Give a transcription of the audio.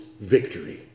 victory